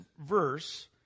verse